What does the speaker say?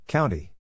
County